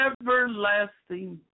everlasting